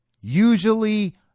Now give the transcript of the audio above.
usually